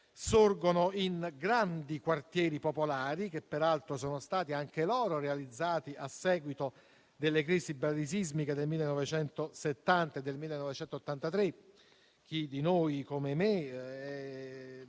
sorgono in grandi quartieri popolari, che peraltro sono stati anch'essi realizzati a seguito delle crisi bradisismiche del 1970 e del 1983. Chi di noi, come me, è